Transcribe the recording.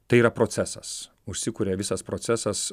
tai yra procesas užsikuria visas procesas